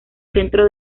centro